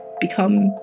become